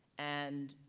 and